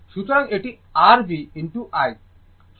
সুতরাং এটি r v i